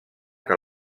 que